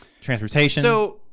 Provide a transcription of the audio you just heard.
Transportation